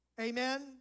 Amen